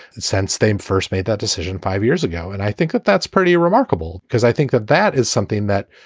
since they first made that decision five years ago. and i think that that's pretty remarkable, because i think that that is something that